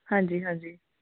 ਹਾਂਜੀ ਹਾਂਜੀ